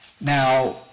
now